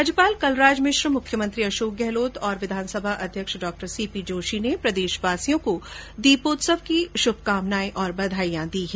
राज्यपाल कलराज मिश्र मुख्यमंत्री अशोक गहलोत और विधानसभा अध्यक्ष डॉ सीपी जोशी ने प्रदेशवासियों को दीपोत्सव की शुभकामनाएं बधाई दी हैं